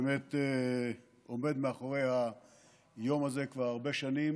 שבאמת עומד מאחורי היום הזה כבר הרבה שנים,